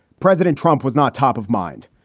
president trump was not top of mind.